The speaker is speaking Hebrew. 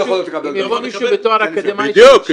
בדיוק,